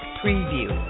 preview